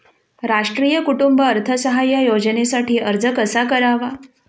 राष्ट्रीय कुटुंब अर्थसहाय्य योजनेसाठी अर्ज कसा करावा?